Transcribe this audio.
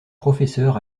professeur